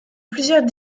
plusieurs